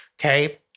Okay